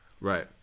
Right